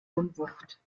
unwucht